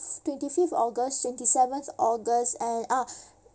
twenty fifth august twenty seventh august and ah